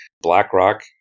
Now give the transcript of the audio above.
BlackRock